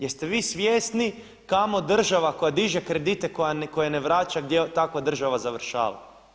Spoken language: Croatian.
Jeste vi svjesni kamo država koja diže kredite, koja ne vraća gdje takva država završava?